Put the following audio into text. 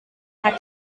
hat